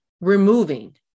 removing